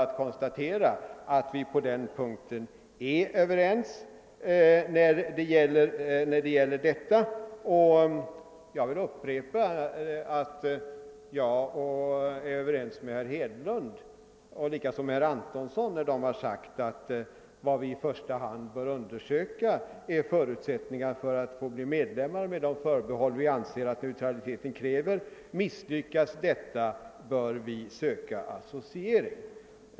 vill upprepa att jag även är överens med herr Hedlund och herr Antonsson, vilka sagt att vad vi i första. hand bör undersöka är förutsättningarna att få bli medlemmar med de. förbehåll vi anser att neutraliteten kräver; misslyckas detta bör vi söka associering.